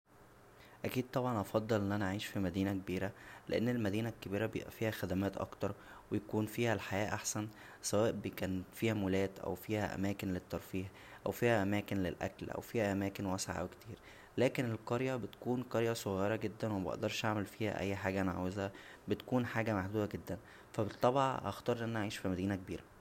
اكيد طبعا هفضل ان انا اعيش فى مدينة كبيره لان المدينة الكبيره بيبقى فيها خدمات اكتر و بيكون فيها الحياه احسن سواء كان فيها مولات او فيها اماكن للترفيه او فيها اماكن للاكل او فيها اماكن واسعه كتير لكن القريه بتكون قريه صغيره جدا ومبقدرش اعمل فيها اى حاجه انا عاوزها بتكون حاجه محدوده جدا فا بالطبع هختار ان انا اعيش فمدينه كبيره